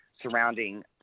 surrounding